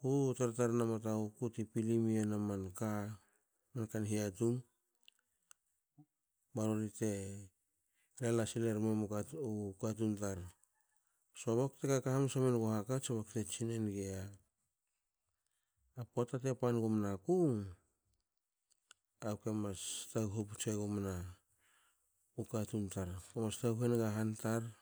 ku tar tarina matar ti pilin miyen amanka mankan hiatung barori te ela sil emu u katun tar. So bakute kaka hamansa menugu hakats bakute tsinenigi pota te pan gumanaku. aku mas taguhu putsegumna u katun tar. Aku mas taguhu a han tar